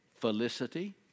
felicity